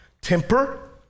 temper